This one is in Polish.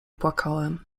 płakałem